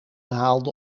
haalde